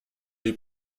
est